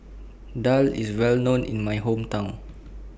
Daal IS Well known in My Hometown